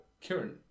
Kieran